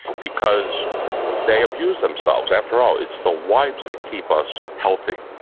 because they abuse themselves. after all, it's the wives that keep us healthy.